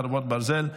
חרבות ברזל),